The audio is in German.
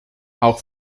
auch